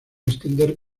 extender